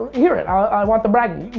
hear it. i want the bragging.